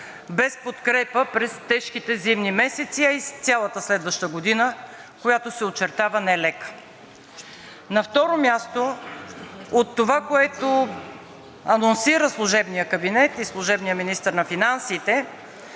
без подкрепа през тежките зимни месеци, а и цялата следваща година, която се очертава нелека. На второ място, от това, което анонсира служебният кабинет и служебният министър на финансите,